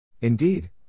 Indeed